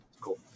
Cool